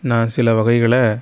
நான் சில வகைகளை